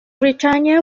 britannia